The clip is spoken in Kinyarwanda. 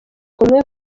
kumwe